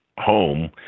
home